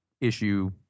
issue